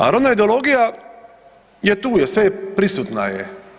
A rodna ideologija je tu je, sve je prisutna je.